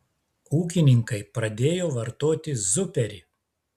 ūkininkai pradėjo vartoti zuperį